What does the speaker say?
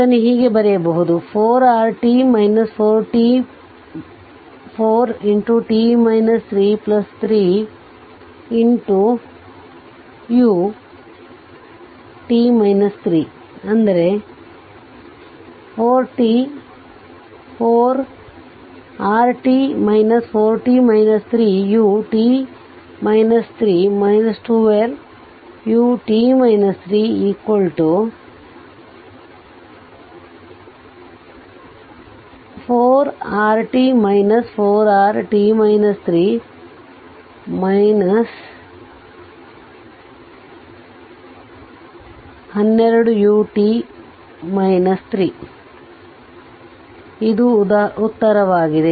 ಇದನ್ನು ಹೀಗೆ ಬರೆಯಬಹುದು 4r 4t 33u 4r 4u 12u 4r 4r 12u ಇದು ಉತ್ತರವಾಗಿದೆ